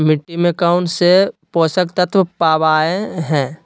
मिट्टी में कौन से पोषक तत्व पावय हैय?